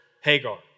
Hagar